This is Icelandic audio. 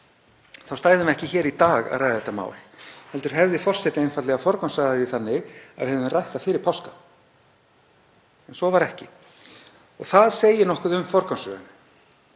þá stæðum við ekki hér í dag að ræða þetta mál heldur hefði forseti einfaldlega forgangsraðað því þannig að við hefðum rætt það fyrir páska. En svo var ekki og það segir nokkuð um forgangsröðun